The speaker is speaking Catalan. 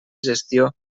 gestió